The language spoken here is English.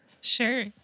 Sure